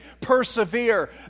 Persevere